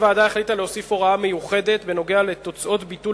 הוועדה החליטה להוסיף הוראה מיוחדת בנוגע לתוצאות ביטול